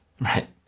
Right